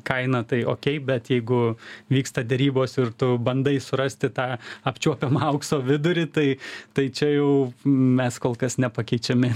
kainą tai okei bet jeigu vyksta derybos ir tu bandai surasti tą apčiuopiamą aukso vidurį tai tai čia jau mes kol kas nepakeičiami